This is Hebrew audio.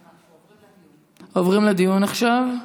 עוברים לדיון עכשיו.